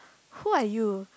who are you